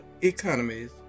economies